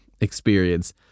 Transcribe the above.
experience